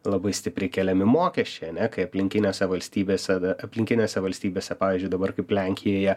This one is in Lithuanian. labai stipriai keliami mokesčiai ane kai aplinkinėse valstybėse aplinkinėse valstybėse pavyzdžiui dabar kaip lenkijoje